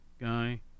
guy